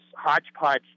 hodgepodge